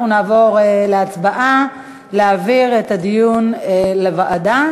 אנחנו נעבור להצבעה על ההצעה להעביר את הדיון לוועדה.